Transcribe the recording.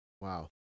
Wow